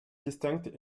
distinctes